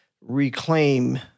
reclaim